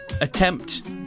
attempt